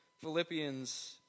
Philippians